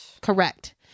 Correct